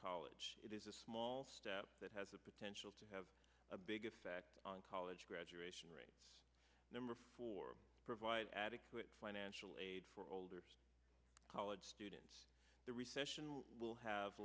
college it is a small step that has the potential to have a big effect on college graduation rate number four provide adequate financial aid for older college students the recession will have